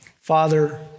Father